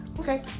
Okay